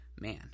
Man